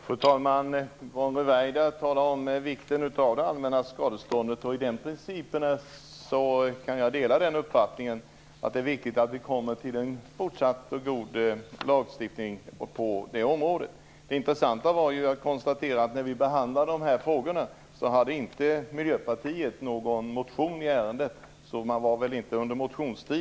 Fru talman! Yvonne Ruwaida talar om vikten av det allmännas skadeståndsansvar. Jag kan dela uppfattningen att det är viktigt att vi kommer fram till en fortsatt god lagstiftning på det området. Det intressanta är ju att konstatera att Miljöpartiet inte hade väckt någon motion i ärendet när vi behandlade dessa frågor.